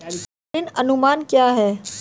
ऋण अनुमान क्या है?